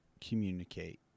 communicate